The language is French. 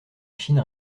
chine